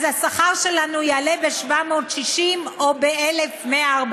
אז השכר שלנו יעלה ב-760 או ב-1,140.